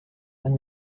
when